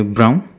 brown